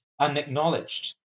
unacknowledged